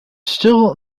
still